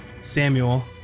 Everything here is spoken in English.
samuel